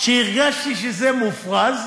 והרגשתי שזה מופרז,